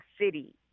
city